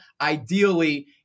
ideally